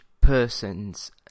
person's